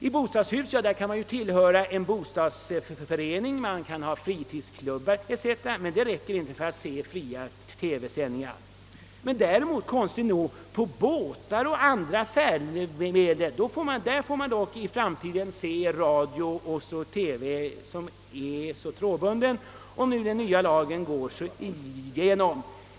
I bostadshus kan man ju tillhöra en bostadsförening, en fritidsklubb etc., men det räcker inte för att man skall få se fria TV-sändningar. Däremot får man konstigt nog på båtar och andra färdmedel i framtiden se trådbunden radio och TV, om den nya lagen går igenom.